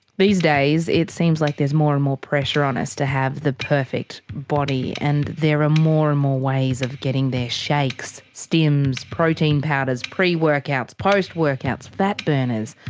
these days it seems like there's more and more pressure on us to have the perfect body, and there are more and more ways of getting there shakes, stims, protein powders, pre-workouts, post-workouts, fat burners.